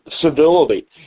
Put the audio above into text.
civility